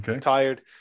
tired